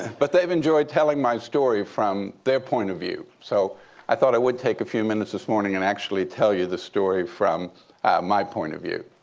but they've enjoyed telling my story from their point of view. so i thought i would take a few minutes this morning and actually tell you the story from my point of view.